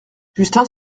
justin